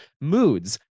moods